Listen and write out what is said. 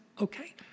okay